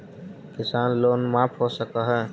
किसान लोन माफ हो सक है?